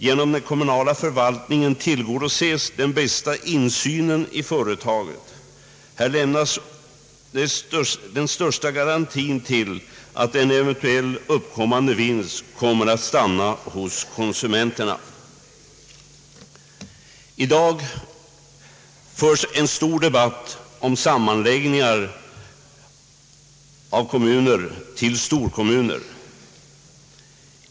Genom kommunal förvaltning får man den bästa insynen i företaget. Därigenom lämnas också den största garantin för att en eventuell vinst kommer att stanna hos konsumenterna. I dag förs en stor debatt om sammanläggningar av kommuner till storkommuner.